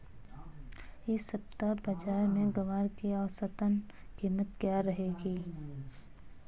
इस सप्ताह बाज़ार में ग्वार की औसतन कीमत क्या रहेगी?